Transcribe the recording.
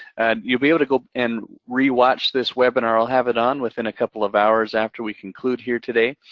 you'll be able to go and re-watch this webinar. i'll have it on within a couple of hours after we conclude here today.